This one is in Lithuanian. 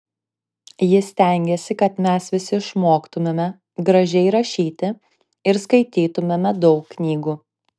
ji stengėsi kad mes visi išmoktumėme gražiai rašyti ir skaitytumėme daug knygų